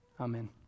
Amen